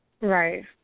right